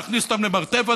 להכניס אותם למרתף,